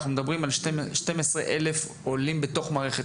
ואנחנו מדברים על 12,000 עולים בתוך מערכת